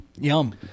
Yum